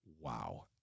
wow